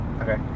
Okay